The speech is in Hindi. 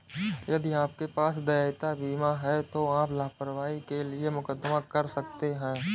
यदि आपके पास देयता बीमा है तो आप लापरवाही के लिए मुकदमा कर सकते हैं